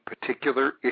particular